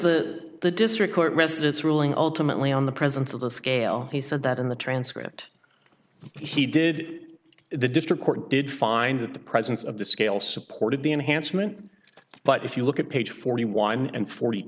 the the district court rested its ruling ultimately on the presence of the scale he said that in the transcript he did the district court did find that the presence of the scale supported the enhancement but if you look at page forty one dollars forty